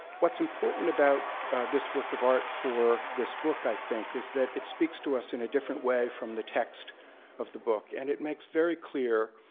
what's important about this work of art for this book, i think, is that it speaks to us in a different way from the text of the book. and it makes very clear,